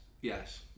yes